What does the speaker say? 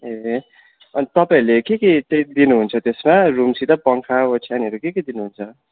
ए अन्त तपाईँहरूले के के चाहिँ दिनुहुन्छ त्यसमा रुमसित पङ्खा ओछ्यानहरू के के दिनुहुन्छ